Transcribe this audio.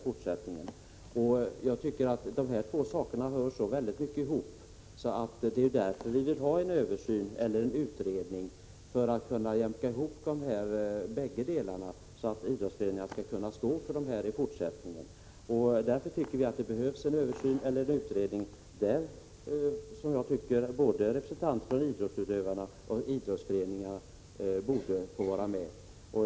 Dessa två saker hör ihop på ett sätt som gör att vi vill få till stånd en översyn eller en utredning med uppgift att utarbeta ett system som gör att idrottsföreningarna kan klara den här avgiften i fortsättningen. I den utredningen bör ingå representanter både för idrottsföreningarna och för idrottsutövarna.